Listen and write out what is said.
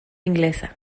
inglesa